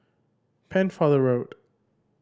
Pennefather Road